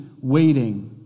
waiting